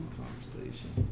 conversation